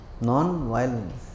non-violence